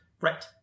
Right